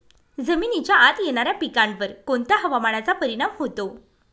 जमिनीच्या आत येणाऱ्या पिकांवर कोणत्या हवामानाचा परिणाम होतो?